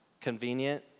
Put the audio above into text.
convenient